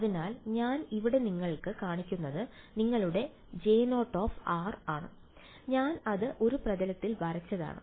അതിനാൽ ഞാൻ ഇവിടെ നിങ്ങൾക്ക് കാണിക്കുന്നത് നിങ്ങളുടെ J0 ഞാൻ അത് ഒരു പ്രതലത്തിൽ വരച്ചതാണ്